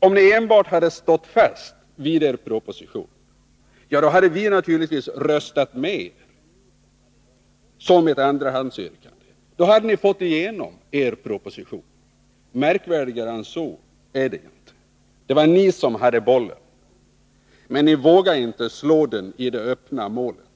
Om ni enbart hade stått fast vid er proposition, då hade vi naturligtvis röstat med, som ett andrahandsyrkande. Då hade ni fått igenom er proposition. Märkligare än så är det inte. Det var ni som hade bollen. Men ni vågade inte slå den i det öppna målet.